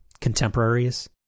contemporaries